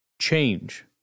change